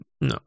No